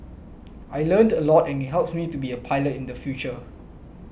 I learnt a lot and it helps me to be a pilot in the future